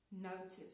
notice